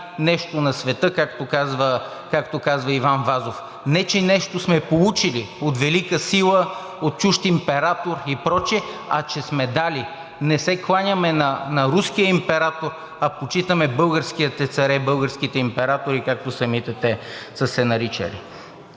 нещо на света“, както казва Иван Вазов. Не че нещо сме получили от велика сила, от чужд император и прочие, а че сме дали! Не се кланяме на руския император, а почитаме българските царе, българските императори, както самите те са се наричали.